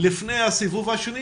לפני הסיבוב השני,